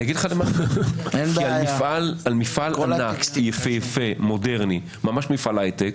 על מפעל ענק יפיפה מודרני, ממש מפעל הייטק